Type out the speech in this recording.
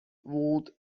world